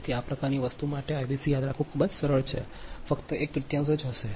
તેથી આ પ્રકારની વસ્તુ માટે Ibc યાદ રાખવું ખૂબ જ સરળ છે ફક્ત એક તૃતીયાંશ જ હશે